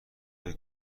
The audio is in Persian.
های